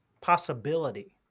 possibility